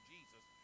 Jesus